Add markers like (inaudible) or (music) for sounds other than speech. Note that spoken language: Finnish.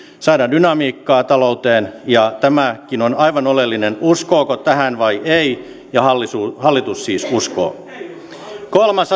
saada dynamiikkaa talouteen ja tämäkin on aivan oleellista uskooko tähän vai ei ja hallitus siis uskoo kolmas (unintelligible)